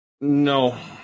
No